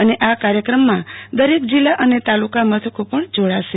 અને આ કાર્યક્રમમાં દરેક જિલ્લા અને તાલકા મથકો પણ જોડાશે